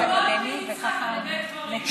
ללמוד מיצחק הרבה דברים.